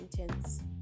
intense